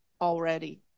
already